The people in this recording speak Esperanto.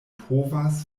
povas